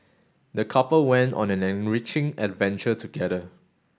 the couple went on an enriching adventure together